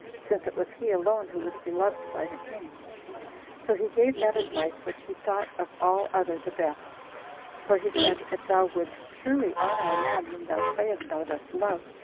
since it was he alone who was beloved by the king so he gave that advice which he thought of all other the best for he said, if thou wouldst truly honor a man whom thou sayest thou dost love,